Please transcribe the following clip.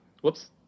Whoops